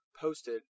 posted